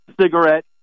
cigarette